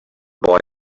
boy